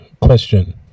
question